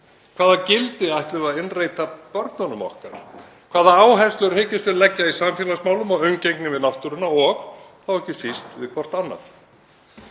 Hvaða gildi ætlum við að innræta börnunum okkar, hvaða áherslur hyggjumst við leggja í samfélagsmálum og í umgengni við náttúruna og þá ekki síst í umgengni